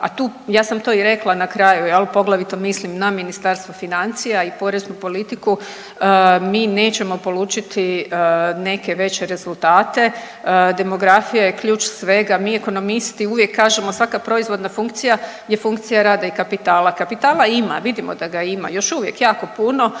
a tu, ja sam to i rekla na kraju jel poglavito mislim na Ministarstvo financija i poreznu politiku, mi nećemo polučiti neke veće rezultate. Demografija je ključ svega, mi ekonomisti uvijek kažemo svaka proizvodna funkcija je funkcija rada i kapitala. Kapitala ima, vidimo da ga ima još uvijek jako puno,